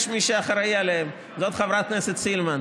יש מי שאחראי עליהם, זאת חברת הכנסת סילמן.